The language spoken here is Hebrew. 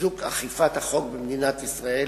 חיזוק אכיפת החוק במדינת ישראל